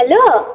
hello